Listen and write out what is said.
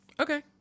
Okay